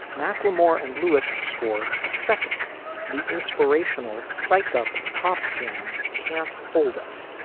macklemore and lewis scored a second the inspirational psych up pop jam can't hold us,